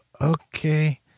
okay